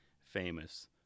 famous